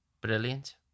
Brilliant